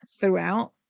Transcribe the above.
throughout